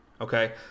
Okay